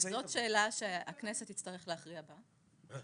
זאת שאלה שהכנסת תצטרך להכריע בה.